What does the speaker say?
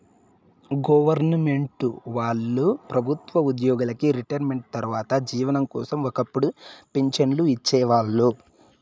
government వాళ్ళు ప్రభుత్వ ఉద్యోగులకి రిటైర్మెంటు తర్వాత జీవనం కోసం ఒక్కపుడు పింఛన్లు ఇచ్చేవాళ్ళు